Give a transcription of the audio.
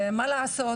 מה לעשות,